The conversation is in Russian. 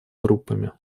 группами